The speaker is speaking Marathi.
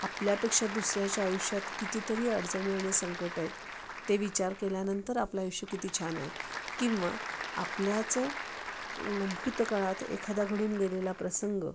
आपल्यापेक्षा दुसऱ्याच्या आयुष्यात कितीतरी अडचणी आणि संकटं आहेत ते विचार केल्यानंतर आपलं आयुष्य किती छान आहे किंवा आपल्याच भूतकाळात एखादा घडून गेलेला प्रसंग